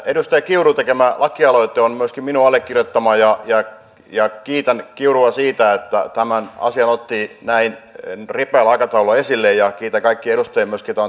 edustaja kiurun tekemä lakialoite on myöskin minun allekirjoittama ja kiitän kiurua siitä että hän tämän asian otti näin ripeällä aikataululla esille ja kiitän myös kaikkia edustajia jotka ovat tähän mukaan lähteneet